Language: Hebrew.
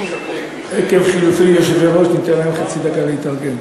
עקב חילופי יושבי-ראש, ניתן להם חצי דקה להתארגן.